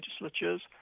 legislatures